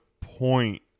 point